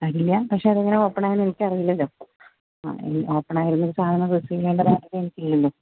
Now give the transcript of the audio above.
അതില്ല പക്ഷെ അത് എങ്ങനെ ഓപ്പണായി എന്ന് എനിക്കറിയില്ലല്ലോ അത് ഈ ഓപ്പണായ ഒരു സാധനം റിസീവ് ചെയ്യേണ്ട കാര്യം എനിക്കില്ലല്ലോ